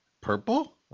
purple